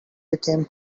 became